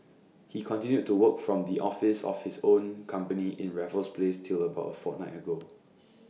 he continued to work from the office of his own company in Raffles place till about A fortnight ago